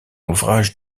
ouvrage